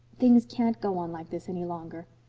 things can't go on like this any longer.